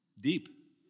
deep